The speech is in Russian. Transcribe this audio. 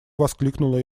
воскликнула